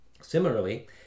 Similarly